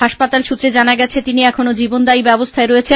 হাসপাতাল সূত্রে জানা গেছে তিনি এখনও জীবনদায়ী ব্যবস্হায় রয়েছেন